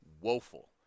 Woeful